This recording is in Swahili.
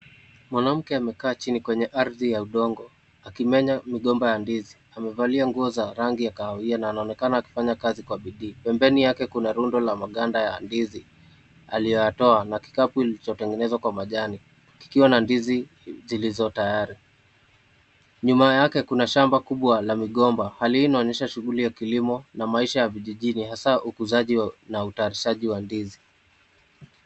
Mwanamke amekaa chini kwenye ardhi ya udongo akimenya migomba ya ndizi. Amevalia nguo za rangi ya kahawia na anaonekana akifanya kazi kwa bidii, pembeni yake kuna rundo ya maganda ya ndizi aliyoyatoa na kikapu ilicho tengenezwa kwa majani kikiwa na ndizi zilizo tayari. Nyuma yake kuna shamba kubwa la migomba, hali hii inaonyesha shughuli ya kilimo na maisha ya vijijini hasaa ukuzaji na utayarishaji wa ndizi.